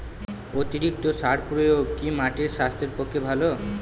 অতিরিক্ত সার প্রয়োগ কি মাটির স্বাস্থ্যের পক্ষে ভালো?